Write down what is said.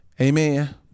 Amen